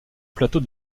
plateau